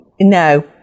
No